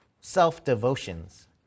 self-devotions